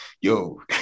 yo